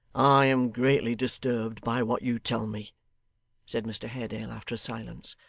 i am greatly disturbed by what you tell me said mr haredale, after a silence.